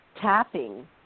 tapping